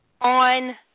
on